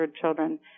children